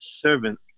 servant